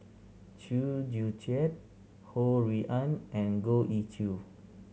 Chew Joo Chiat Ho Rui An and Goh Ee Choo